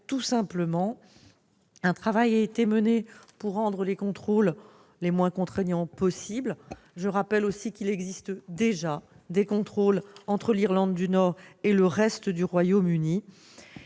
nos intérêts. Un travail a été mené pour rendre les contrôles les moins contraignants possible. Je rappelle qu'il existe déjà des contrôles entre l'Irlande du Nord et le reste du Royaume-Uni.